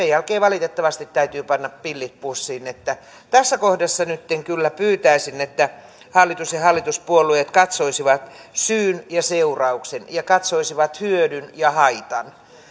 jälkeen valitettavasti täytyy panna pillit pussiin tässä kohdassa nytten kyllä pyytäisin että hallitus ja ja hallituspuolueet katsoisivat syyn ja seurauksen ja katsoisivat hyödyn ja haitan